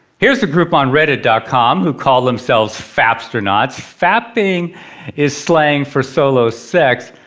here's a group on reddit dot com who call themselves fapstronauts. fapping is slang for solo sex,